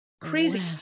Crazy